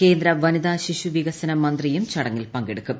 കേന്ദ്ര വനിതാശ്ശിശ്രുവികസന മന്ത്രിയും ചടങ്ങിൽ പങ്കെടുക്കും